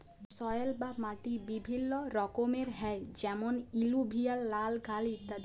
soil বা মাটি বিভিল্য রকমের হ্যয় যেমন এলুভিয়াল, লাল, কাল ইত্যাদি